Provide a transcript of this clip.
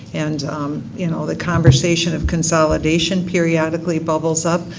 and you know, the conversation of consolidation periodically bubbles up.